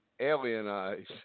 alienize